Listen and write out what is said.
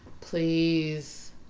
Please